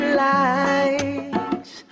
lights